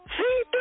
see